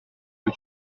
que